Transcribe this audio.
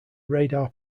radar